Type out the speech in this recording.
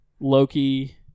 Loki